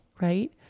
right